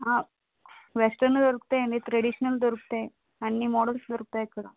western దొరుకుతాయండి traditional దొరుకుతాయ్ అన్ని మోడల్స్ దొరుకుతాయ్ ఇక్కడ